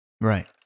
Right